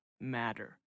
Matter